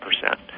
percent